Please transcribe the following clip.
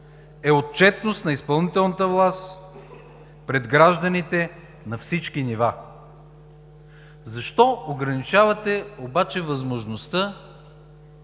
– отчетност на изпълнителната власт пред гражданите на всички нива, е на водещо място. Защо ограничавате обаче възможността